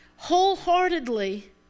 wholeheartedly